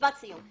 משפט סיום.